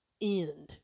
end